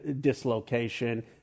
dislocation